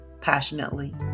passionately